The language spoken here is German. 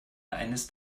eines